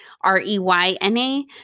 R-E-Y-N-A